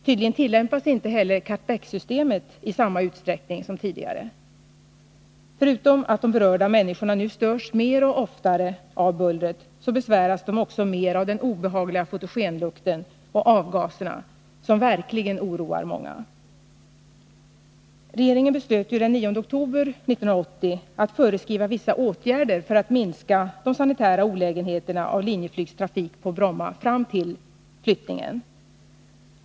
Tydligen tillämpas inte heller cut-back-systemet i samma utsträckning som tidigare. Förutom att de berörda människorna nu störs mer och oftare av bullret besväras de också mer av den obehagliga fotogenlukten och av avgaserna, som verkligen oroar många. Regeringen beslöt den 9 oktober 1980 att föreskriva vissa åtgärder för att minska de sanitära olägenheterna av Linjeflygs trafik på Bromma fram till flyttningen.